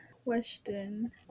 question